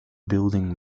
building